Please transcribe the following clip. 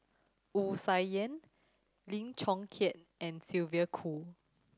Wu Tsai Yen Lim Chong Keat and Sylvia Kho